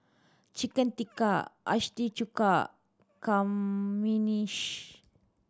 Chicken Tikka Chuka Kamenishi